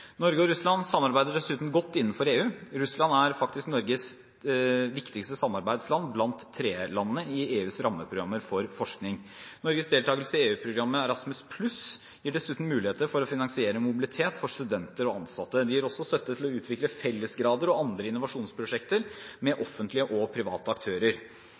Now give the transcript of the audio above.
Norge og Russland samarbeider dessuten godt innenfor EU. Russland er faktisk Norges viktigste samarbeidsland blant tredjelandene i EUs rammeprogrammer for forskning. Norges deltakelse i EU-programmet Erasmus Pluss gir dessuten muligheter for å finansiere mobilitet for studenter og ansatte. Det gir også støtte til å utvikle fellesgrader og andre innovasjonsprosjekter med offentlige og private aktører.